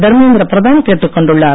தர்மேந்திரப் பிரதான் கேட்டுக்கொண்டுள்ளார்